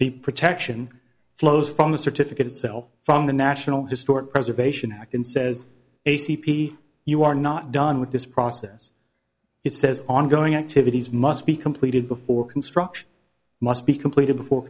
the protection flows from the certificate itself from the national historic preservation act and says a c p you are not done with this process it says ongoing activities must be completed before construction must be completed before